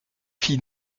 filles